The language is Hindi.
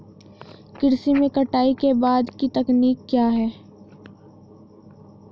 कृषि में कटाई के बाद की तकनीक क्या है?